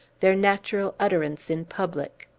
their natural utterance in public.